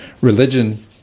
Religion